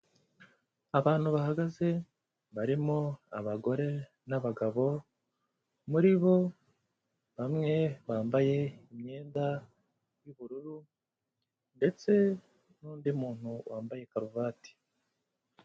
Abantu bahagaze, barimo abagore n'abagabo, muri bo bamwe bambaye imyenda y'ubururu ndetse n'undi muntu wambaye karuvati.